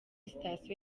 sitasiyo